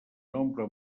nombre